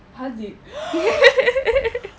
haziq